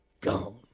gone